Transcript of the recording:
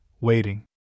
waiting